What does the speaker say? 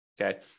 Okay